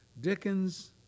Dickens